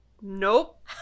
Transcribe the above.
Nope